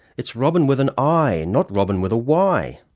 it's robin with an i, not robyn with a y.